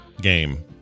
game